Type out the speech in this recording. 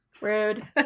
rude